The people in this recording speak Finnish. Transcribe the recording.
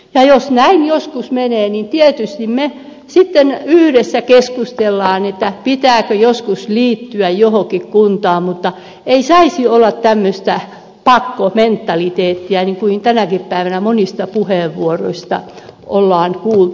ja jos näin joskus menee niin tietysti me sitten yhdessä keskustelemme pitääkö joskus liittyä johonkin kuntaan mutta ei saisi olla tämmöistä pakkomentaliteettia niin kuin tänäkin päivänä monista puheenvuoroista on kuultu